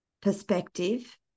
perspective